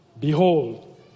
behold